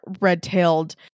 red-tailed